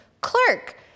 Clerk